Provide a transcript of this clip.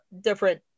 different